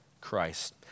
Christ